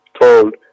told